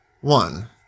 One